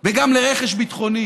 וגם לרכש ביטחוני.